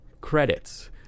credits